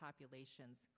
populations